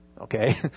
okay